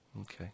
Okay